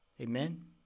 Amen